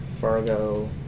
fargo